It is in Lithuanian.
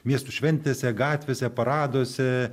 miestų šventėse gatvėse paraduose